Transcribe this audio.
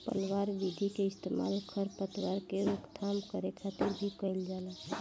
पलवार विधि के इस्तेमाल खर पतवार के रोकथाम करे खातिर भी कइल जाला